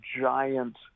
giant